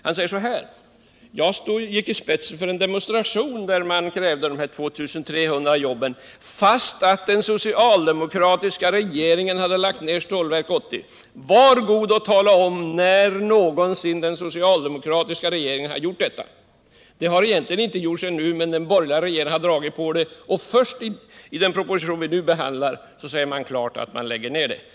Han sade att jag gick ut i spetsen för en demonstration där man krävde dessa 2 300 jobb, och att jag gjorde det trots att den socialdemokratiska regeringen hade lagt ner Stålverk 80. Men, Rune Ångström, var god och tala om när någonsin den socialdemokratiska regeringen har lagt ner Stålverk 80! Det har egentligen inte gjorts ännu. Den borgerliga regeringen har dragit på det, och först i den proposition vi nu behandlar säger man klart ut att man lägger ner Stålverk 80.